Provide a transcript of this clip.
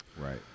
right